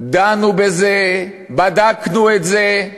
דנו בזה, בדקנו את זה,